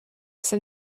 jsem